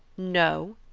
no,